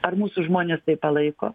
ar mūsų žmonės tai palaiko